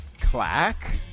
Clack